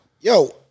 Yo